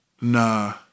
Nah